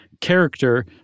Character